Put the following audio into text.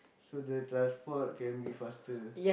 so the transport can be faster